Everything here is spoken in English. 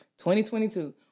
2022